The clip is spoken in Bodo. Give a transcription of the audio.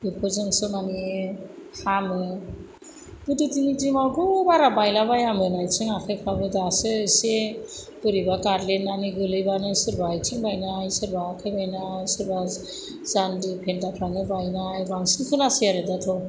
बेफोरजोंसो माने हामो गोदो दिननि दिनावथ' बारा बायला बायामोन आथिं आखाइफ्राबो दासो एसे बोरैबा गादलिननानै गोलैबानो सोरबा आथिं बायनाय सोरबा आखाइ बायनाय सोरबा जानसि फेनदाफ्रानो बायनाय बांसिन खोनासै आरो दाथ'